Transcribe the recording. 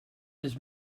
his